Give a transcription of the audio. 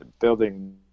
building